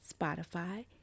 Spotify